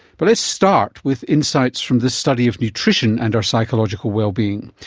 but let's start with insights from the study of nutrition and our psychological wellbeing.